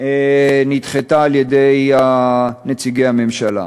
נדחתה על-ידי נציגי הממשלה.